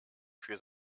für